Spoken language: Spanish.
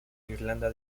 irlanda